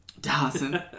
Dawson